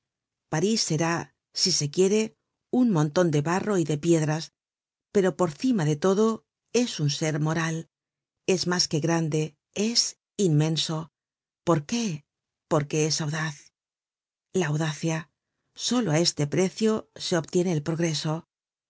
parís será si se quiere un monton'de barro y de piedras pero por cima de todo es un ser moral es mas que grande es inmenso por qué porque es audaz la audacia soloá este precio se obtiene el progreso